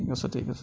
থিক আছে থিক আছে